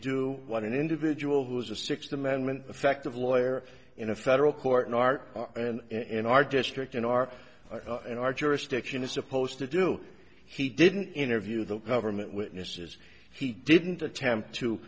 do what an individual who is a sixth amendment effective lawyer in a federal court in our in our district in our in our jurisdiction is supposed to do he didn't interview the government witnesses he didn't attempt to